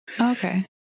Okay